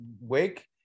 Wake